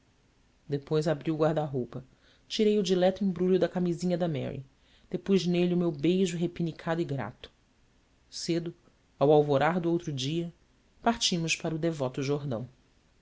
depois abri o guarda roupa tirei o dileto embrulho da camisinha da mary depus nele o meu beijo repenicado e grato cedo ao alvorar do outro dia partimos para o devoto jordão